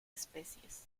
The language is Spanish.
especies